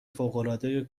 فوقالعاده